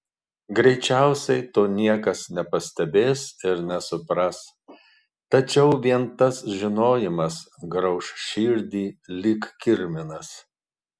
greičiausiai to niekas nepastebės ir nesupras tačiau vien tas žinojimas grauš širdį lyg kirminas